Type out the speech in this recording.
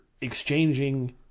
exchanging